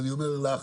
ואני אומר לך,